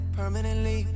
permanently